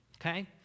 okay